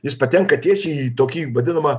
jis patenka tiesiai į tokį vadinamą